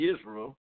Israel